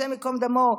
השם ייקום דמו,